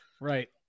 right